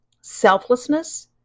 selflessness